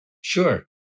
Sure